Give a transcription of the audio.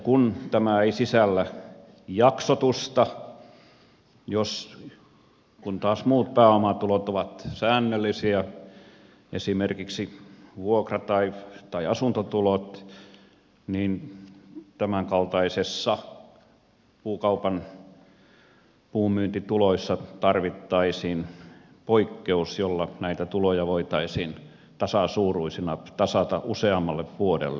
kun tämä ei sisällä jaksotusta kun taas muut pääomatulot ovat säännöllisiä esimerkiksi vuokra tai asuntotulot niin tämänkaltaisissa puunmyyntituloissa tarvittaisiin poikkeus jolla näitä tuloja voitaisiin tasasuuruisina tasata useammalle vuodelle